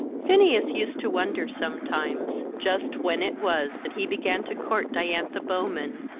phineas used to wonder, sometimes, just when it was that he began to court diantha bowman,